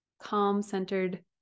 calm-centered